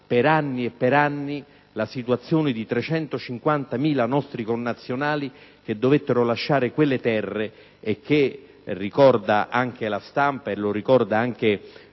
per anni ed anni la situazione di 350.000 nostri connazionali che dovettero lasciare quelle terre. Come ricordano anche la stampa e una serie